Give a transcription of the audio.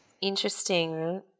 Interesting